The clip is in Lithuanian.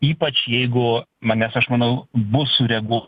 ypač jeigu ma nes aš manau bus sureaguo